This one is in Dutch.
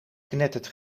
knettert